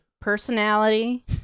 personality